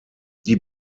die